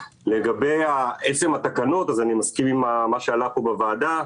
לגבי עצם התקנות אז אני מסכים עם מה שעלה פה בוועדה.